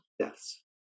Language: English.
deaths